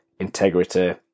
integrity